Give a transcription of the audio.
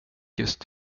just